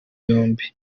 yombi